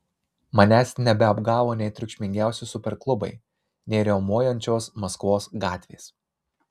manęs nebeapgavo nei triukšmingiausi superklubai nei riaumojančios maskvos gatvės